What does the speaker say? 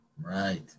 Right